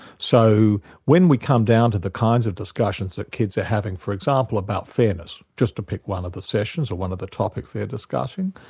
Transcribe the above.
so when we come down to the kinds of discussions that kids are having for example about fairness, just to pick one of the sessions, or one of the topics they're discussing.